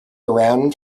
around